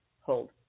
hold